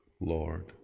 Lord